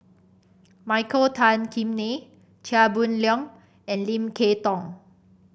Michael Tan Kim Nei Chia Boon Leong and Lim Kay Tong